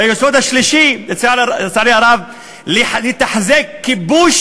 היסוד השלישי הוא, לצערי הרב, לתחזק כיבוש